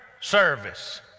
service